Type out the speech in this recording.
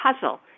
puzzle